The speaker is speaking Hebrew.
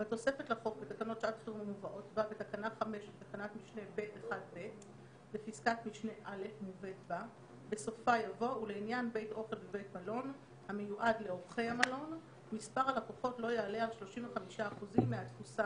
בתקנות שעת